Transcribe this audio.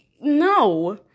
no